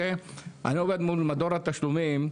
אני עובד מול מדור התשלומים,